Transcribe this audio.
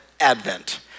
Advent